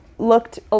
looked